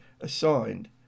assigned